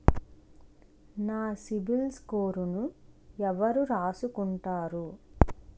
నా సిబిల్ స్కోరును ఎవరు రాసుకుంటారు